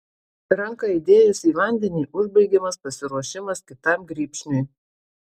ranką įdėjus į vandenį užbaigiamas pasiruošimas kitam grybšniui